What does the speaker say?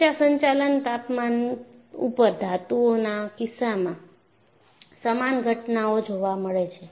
ઉચ્ચ સંચાલન તાપમાન ઉપર ધાતુઓના કિસ્સામાં સમાન ઘટનાઓ જોવા મળે છે